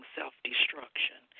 self-destruction